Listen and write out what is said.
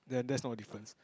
then that's not a difference